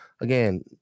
again